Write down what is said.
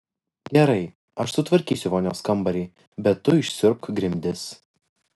gerai aš sutvarkysiu vonios kambarį bet tu išsiurbk grindis